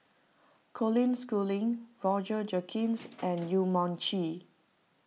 Colin Schooling Roger Jenkins and Yong Mun Chee